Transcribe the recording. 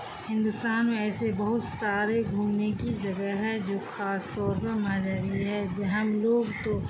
ہندوستان میں ایسے بہت سارے گھومنے کی جگہ ہے جو خاص طور پر مذہبی ہے ہم لوگ تو